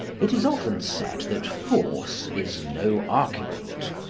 it is often said that force is no argument.